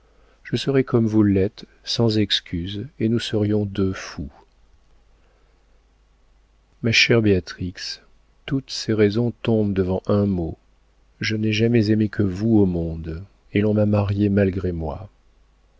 je serais comme vous l'êtes sans excuse et nous serions deux fous ma chère béatrix toutes ces raisons tombent devant un mot je n'ai jamais aimé que vous au monde et l'on m'a marié malgré moi